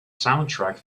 soundtrack